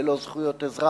בלא זכויות אזרח,